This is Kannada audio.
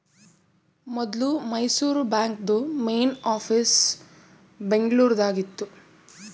ಮೊದ್ಲು ಮೈಸೂರು ಬಾಂಕ್ದು ಮೇನ್ ಆಫೀಸ್ ಬೆಂಗಳೂರು ದಾಗ ಇತ್ತು